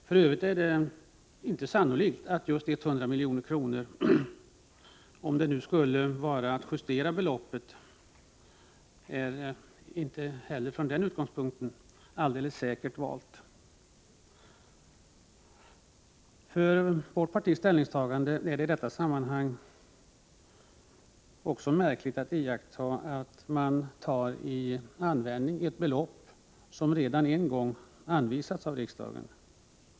För övrigt är det inte sannolikt att just 100 milj.kr., om man valt det beloppet från utgångspunkten att det gällt att göra en uppräkning, är exakt rätt valt. För vårt parti är det i detta sammanhang också märkligt att iaktta att man använder ett belopp som redan en gång anvisats av riksdagen.